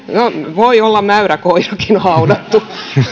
voi olla mäyräkoirakin haudattu